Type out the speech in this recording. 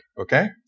Okay